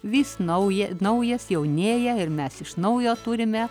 vis nauja naujas jaunėja ir mes iš naujo turime